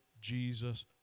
Jesus